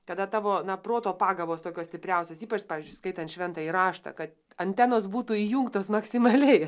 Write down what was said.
kada tavo proto pagavos tokios stipriausios ypač pavyzdžiui skaitant šventąjį raštą kad antenos būtų įjungtos maksimaliai